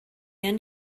end